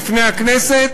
בפני הכנסת,